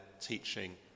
teaching